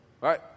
Right